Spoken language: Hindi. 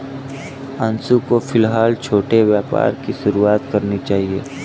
अंशु को फिलहाल छोटे व्यापार की शुरुआत करनी चाहिए